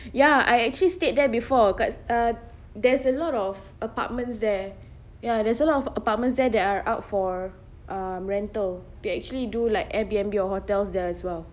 ya I actually stayed there before cause uh there's a lot of apartments there ya there's a lot of apartments there that are out for um rental they actually do like airbnb or hotels there as well